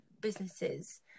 businesses